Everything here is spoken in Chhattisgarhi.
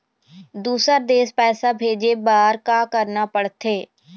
दुसर देश पैसा भेजे बार का करना पड़ते?